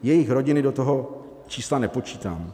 Jejich rodiny do toho čísla nepočítám.